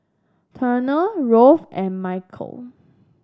Turner Rolf and Mikeal